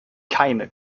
keine